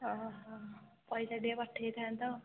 ଓହୋ ପଇସା ଟିକେ ପଠାଇଥାନ୍ତା